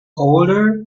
older